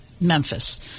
Memphis